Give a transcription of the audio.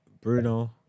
Bruno